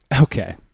Okay